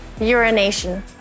urination